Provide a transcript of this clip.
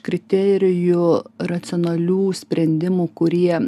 kriterijų racionalių sprendimų kurie